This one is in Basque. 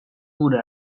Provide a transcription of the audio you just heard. gure